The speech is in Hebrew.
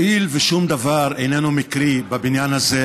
הואיל ושום דבר איננו מקרי בבניין הזה,